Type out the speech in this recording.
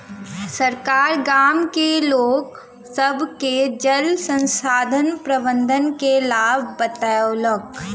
सरकार गाम के लोक सभ के जल संसाधन प्रबंधन के लाभ बतौलक